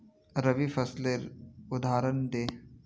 रवि फसलेर उदहारण दे?